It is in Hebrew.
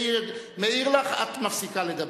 ברגע זה שאני מעיר לך, את מפסיקה לדבר.